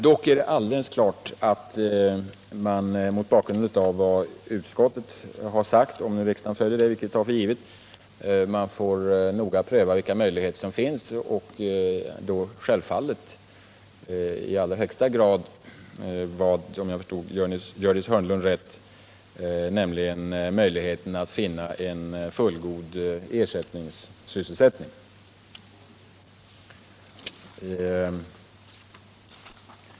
Det är dock alldeles klart att man mot bakgrund av vad utskottet har sagt — om nu riksdagen följer det, vilket jag tar för givet — noga får pröva vilka möjligheter som finns och då självfallet i allra högsta grad, om jag förstod Gördis Hörnlund rätt, möjligheten att finna fullgod ersättningssysselsättning.